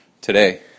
today